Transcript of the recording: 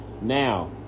Now